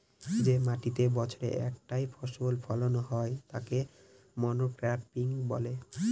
যে মাটিতেতে বছরে একটাই ফসল ফোলানো হয় তাকে মনোক্রপিং বলে